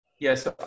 Yes